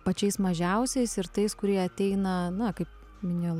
pačiais mažiausiais ir tais kurie ateina na kaip minėjau